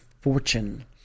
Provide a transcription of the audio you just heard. fortune